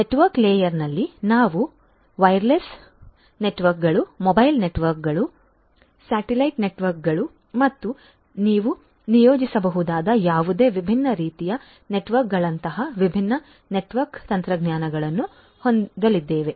network ಲೇಯರ್ನಲ್ಲಿ ನಾವು wireless ನೆಟ್ವರ್ಕ್ಗಳು ಮೊಬೈಲ್ ನೆಟ್ವರ್ಕ್ಗಳು ಸ್ಯಾಟಲೈಟ್ ನೆಟ್ವರ್ಕ್ಗಳು ಮತ್ತು ನೀವು ಯೋಚಿಸಬಹುದಾದ ಯಾವುದೇ ವಿಭಿನ್ನ ರೀತಿಯ ನೆಟ್ವರ್ಕ್ಗಳಂತಹ ವಿಭಿನ್ನ ನೆಟ್ವರ್ಕ್ ತಂತ್ರಜ್ಞಾನಗಳನ್ನು ಹೊಂದಲಿದ್ದೇವೆ